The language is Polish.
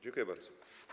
Dziękuję bardzo.